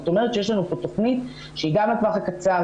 זאת אומרת שיש לנו כאן תוכנית שהיא גם לטווח הקצר,